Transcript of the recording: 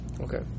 Okay